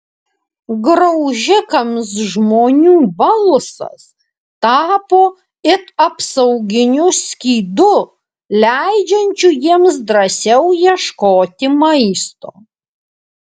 graužikams žmonių balsas tapo it apsauginiu skydu leidžiančiu jiems drąsiau ieškoti maisto